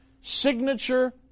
signature